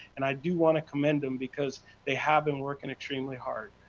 and i do want to commend them, because they have been working extremely hard.